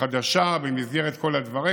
חדשה במסגרת כל הדברים.